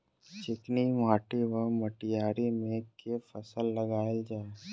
चिकनी माटि वा मटीयारी मे केँ फसल लगाएल जाए?